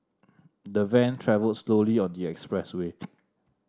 the van travelled slowly on the expressway